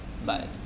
mm